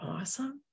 awesome